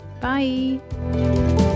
Bye